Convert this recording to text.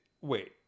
Wait